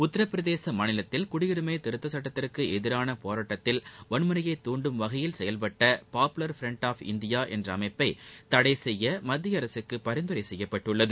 உத்தரப்பிரதேச மாநிலத்தில் குடியுரிமை திருத்த சட்டத்திற்கு எதிரான போராட்டத்தில் வன்முறையைத் துண்டும் வகையில் செயல்பட்ட பாப்புலர் ஃப்ரண்ட் ஆஃப் இண்டியா என்ற அமைப்பை தடை செய்ய மத்திய அரசுக்கு பரிந்துரை செய்யப்பட்டுள்ளது